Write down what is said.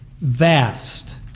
vast